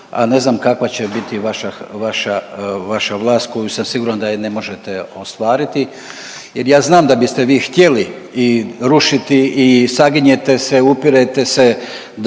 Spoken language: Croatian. a ne znam kakva će biti vaša, vaša, vaša vlast koju sam siguran da je ne možete ostvariti. Jer ja znam da biste vi htjeli i rušiti i saginjete se, upirete se